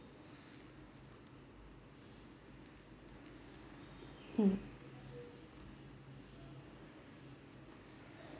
mm